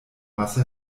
masse